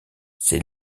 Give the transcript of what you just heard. c’est